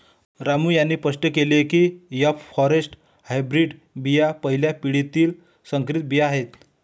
रामू यांनी स्पष्ट केले की एफ फॉरेस्ट हायब्रीड बिया पहिल्या पिढीतील संकरित बिया आहेत